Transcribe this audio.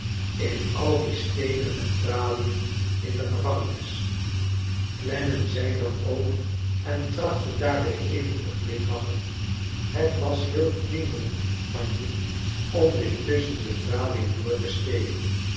in al die steenen en tralien in de gevangenis clennam zei dan ook en trachtte daarbij even te glimlachen het was heel vriendelijk van je om dit tusschen de tralien door te steken